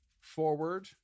forward